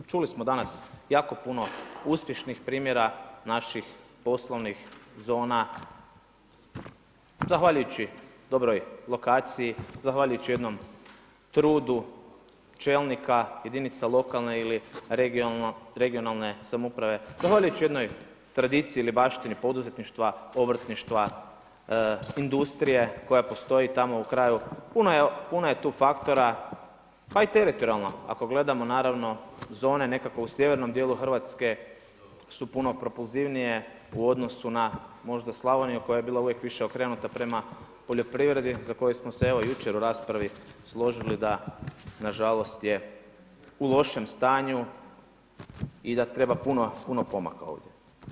Čuli smo danas jako puno uspješnih primjera naših poslovnih zona zahvaljujući dobroj lokaciji, zahvaljujući jednom trudu čelnika jedinica lokalne ili regionalne samouprave zahvaljujući jednoj tradiciji ili baštini poduzetništva, obrtništva, industrije koja postoji tamo u kraju, puno je tu faktora pa i teritorijalno ako gledamo naravno zone nekako u sjevernom djelu Hrvatske su puno propulzivnije u odnosu na možda Slavoniju koja je bila uvijek više okrenuta prema poljoprivredu za koju smo se evo jučer u raspravi složili da nažalost je u lošem stanju i da treba puno, puno pomaka ovdje.